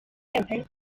eugen